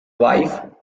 wife